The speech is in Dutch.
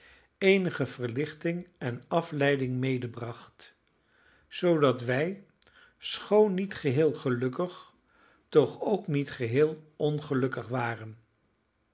eenige verlichting en afleiding medebracht zoodat wij schoon niet geheel gelukkig toch ook niet geheel ongelukkig waren